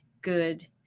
good